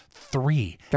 Three